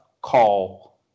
call